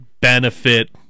benefit